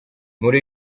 muri